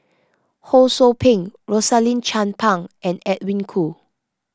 Ho Sou Ping Rosaline Chan Pang and Edwin Koo